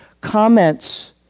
comments